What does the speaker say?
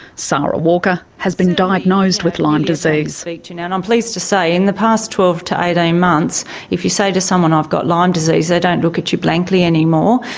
sara walker has been diagnosed with lyme disease. i'm and um pleased to say in the past twelve to eighteen months if you say to someone, i've got lyme disease they don't look at you blankly any more.